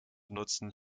nutzen